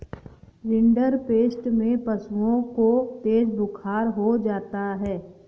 rinderpest में पशुओं को तेज बुखार हो जाता है